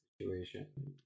situation